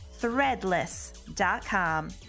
threadless.com